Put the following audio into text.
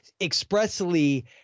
expressly